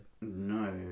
No